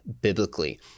biblically